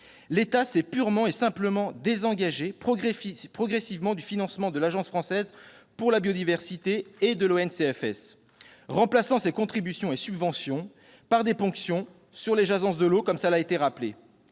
L'État s'est purement est simplement désengagé progressivement du financement de l'AFB et de l'ONCFS, remplaçant ses contributions et subventions par des ponctions sur les agences de l'eau, comme cela a été rappelé.